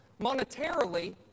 monetarily